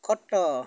ଖଟ